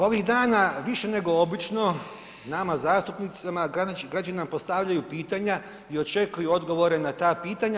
Ovih dana više nego obično nama zastupnicima građani nam postavljaju pitanja i očekuju odgovore na ta pitanja.